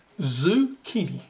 Zucchini